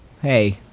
Hey